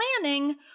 planning